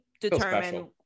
determine